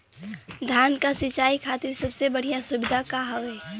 धान क सिंचाई खातिर सबसे बढ़ियां सुविधा का हवे?